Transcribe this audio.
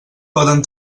poden